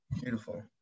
Beautiful